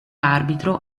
arbitro